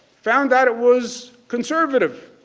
found out it was conservative,